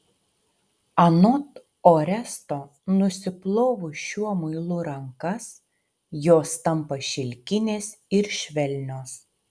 anot oresto nusiplovus šiuo muilu rankas jos tampa šilkinės ir švelnios